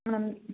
madam